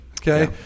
Okay